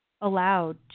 allowed